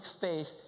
faith